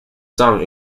song